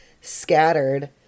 scattered